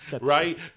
Right